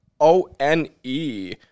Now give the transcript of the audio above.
O-N-E